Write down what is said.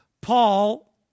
Paul